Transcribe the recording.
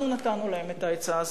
אנחנו נתנו להם את העצה הזאת.